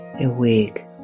Awake